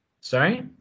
Sorry